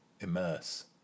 Immerse